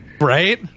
Right